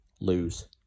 lose